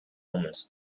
omens